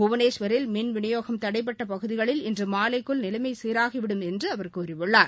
புவனேஷ்வரில் மின்விநியோகம் தடைபட்ட பகுதிகளில் இன்று மாலைக்குள் நிலைமை சீராகிவிடும் என்று அவர் கூறியுள்ளார்